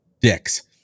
dicks